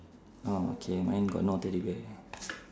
orh okay mine got no teddy bear